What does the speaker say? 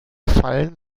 fallen